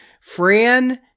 Fran